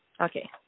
Okay